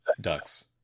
ducks